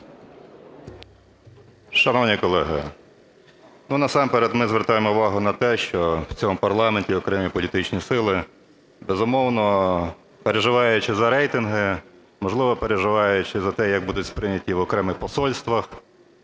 Шановні колеги, насамперед ми звертаємо увагу на те, що в цьому парламенті окремі політичні сили, безумовно, переживаючи за рейтинги, можливо, переживаючи за те, як будуть сприйняті в окремих посольствах